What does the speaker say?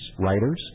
writers